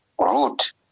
route